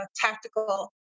tactical